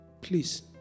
please